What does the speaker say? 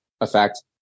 effect